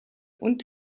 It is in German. und